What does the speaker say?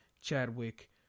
Chadwick